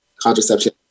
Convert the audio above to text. contraception